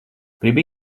gribi